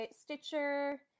Stitcher